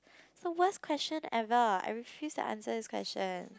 is the worst question ever I refuse to answer this question